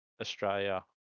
Australia